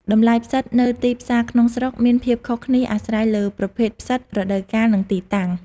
តម្លៃផ្សិតនៅទីផ្សារក្នុងស្រុកមានភាពខុសគ្នាអាស្រ័យលើប្រភេទផ្សិត រដូវកាល និងទីតាំង។